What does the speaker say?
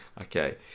okay